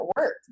work